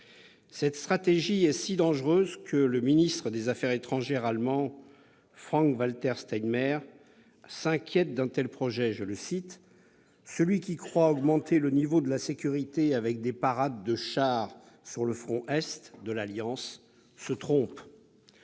Cette stratégie est si dangereuse que le ministre allemand des affaires étrangères, Frank-Walter Stenmeier, s'inquiète d'un tel projet et a affirmé :« Celui qui croit augmenter le niveau de la sécurité avec des parades de chars sur le front est de l'Alliance se trompe.